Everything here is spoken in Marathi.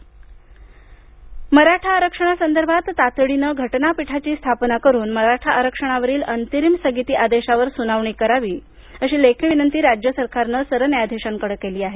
मराठा आरक्षण मराठा आरक्षणासंदर्भात तातडीनं घटनापिठाची स्थापना करून मराठा आरक्षणावरील अंतरिम स्थगिती आदेशावर सुनावणी करावी अशी लेखी विनंती राज्य सरकारनं सरन्यायाधिशांकडे केली आहे